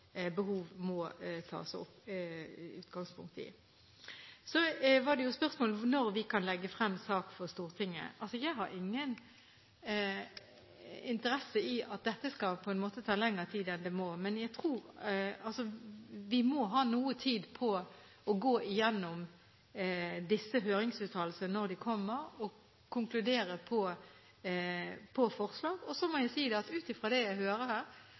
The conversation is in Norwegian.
behov. Så var det spørsmål om når vi kan legge frem en sak for Stortinget. Jeg har ingen interesse av at dette skal ta lengre tid enn det må, men vi må ha noe tid på å gå gjennom disse høringsuttalelsene, når de kommer, og konkludere på forslag. Men jeg må si at ut fra det jeg hører her,